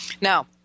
Now